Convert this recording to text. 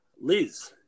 Liz